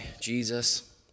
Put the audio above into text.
Jesus